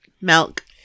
Milk